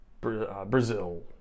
Brazil